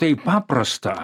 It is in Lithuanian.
taip paprasta